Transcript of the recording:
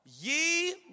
ye